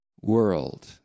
world